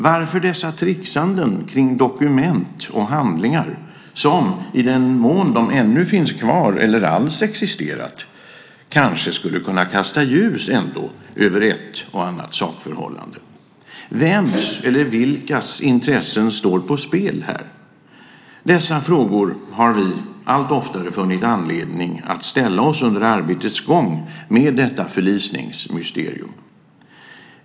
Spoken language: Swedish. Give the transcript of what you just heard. Varför dessa tricksanden kring dokument och handlingar som - i den mån de ännu finns kvar eller alls existerat - kanske skulle kunna kasta ljus över ett eller annat sakförhållande? Vems eller vilkas intressen står på spel? Dessa frågor har vi allt oftare funnit anledning att ställa oss under arbetets gång med detta förlisningsmysterium.